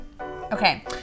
Okay